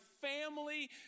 family